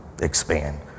expand